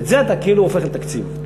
ואת זה אתה כאילו הופך לתקציב, לא הפוך.